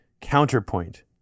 counterpoint